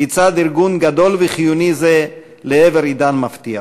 יצעד ארגון גדול וחיוני זה לעבר עידן מבטיח.